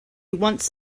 once